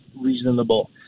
reasonable